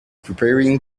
preparing